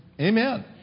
Amen